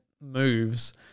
moves